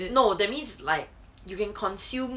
no that means like you can consume